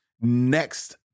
next